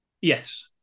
yes